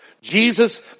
Jesus